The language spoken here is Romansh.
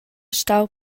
stau